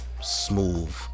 smooth